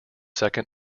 second